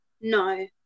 No